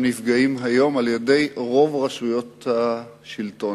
נפגעות היום על-ידי רוב רשויות השלטון.